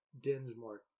dinsmore